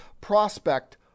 prospect